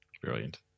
Brilliant